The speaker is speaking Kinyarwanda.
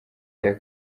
cya